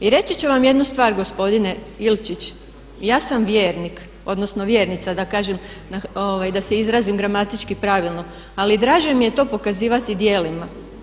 I reći ću vam jednu stvar gospodine Ilčić, ja sam vjernik odnosno vjernica da se izrazim gramatički pravilno, ali draže mi je to pokazivati dijelima.